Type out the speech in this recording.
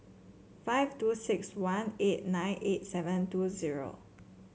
five two six one eight nine eight seven two zero